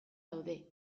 daude